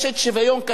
שוויון קטן,